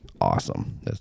awesome